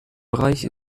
bereich